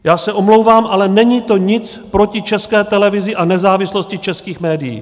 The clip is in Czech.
Já se omlouvám, ale není to nic proti České televizi a nezávislosti českých médií.